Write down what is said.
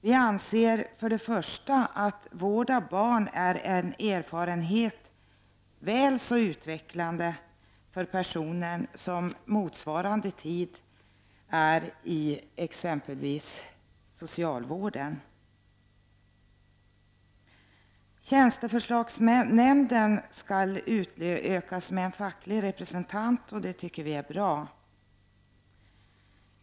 Vi anser att framför allt vård av barn är en erfarenhet som är väl så utvecklande för personen i fråga som motsvarande tid är för exempelvis en tjänsteman inom socialvården. Tjänsteförslagsnämnden skall utökas med en facklig representant, och det tycker vi är bra.